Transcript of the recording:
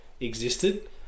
existed